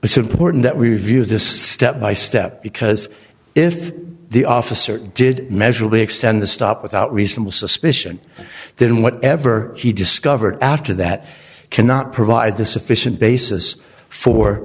it's important that we review this step by step because if the officer did measurably extend the stop without reasonable suspicion then whatever he discovered after that cannot provide the sufficient basis for